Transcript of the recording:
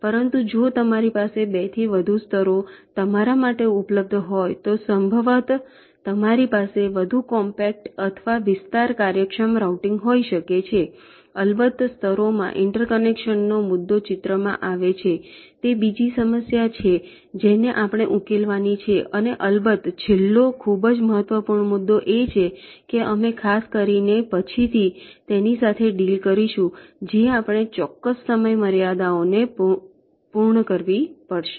પરંતુ જો તમારી પાસે 2 થી વધુ સ્તરો તમારા માટે ઉપલબ્ધ હોય તો સંભવતઃ તમારી પાસે વધુ કોમ્પેક્ટ અથવા વિસ્તાર કાર્યક્ષમ રાઉટીંગ હોઈ શકે છે અલબત્ત સ્તરોમાં ઇન્ટરકનેક્શનનો મુદ્દો ચિત્રમાં આવે છે તે બીજી સમસ્યા છે જેને આપણે ઉકેલવાની છે અને અલબત્ત છેલ્લો ખૂબ જ મહત્વપૂર્ણ મુદ્દો એ છે કે અમે ખાસ કરીને પછીથી તેની સાથે ડીલ કરીશું જે આપણે ચોક્કસ સમય મર્યાદાઓને પૂર્ણ કરવી પડશે